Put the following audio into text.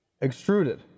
Extruded